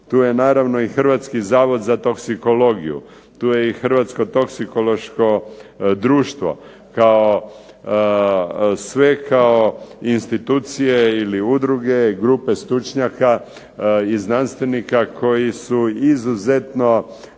Tu je naravno i Hrvatski zavod za toksikologiju, tu je i Hrvatsko toksikološko društvo, kao sve, sve kao institucije ili udruge, grupe stručnjaka i znanstvenika koji su izuzetno